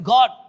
God